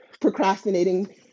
procrastinating